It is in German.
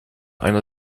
einer